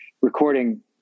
recording